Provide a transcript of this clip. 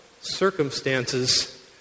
circumstances